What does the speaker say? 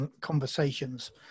conversations